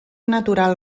natural